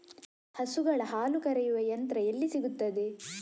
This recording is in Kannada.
ಹಸುಗಳ ಹಾಲು ಕರೆಯುವ ಯಂತ್ರ ಎಲ್ಲಿ ಸಿಗುತ್ತದೆ?